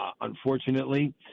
unfortunately